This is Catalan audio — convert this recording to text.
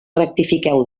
rectifiqueu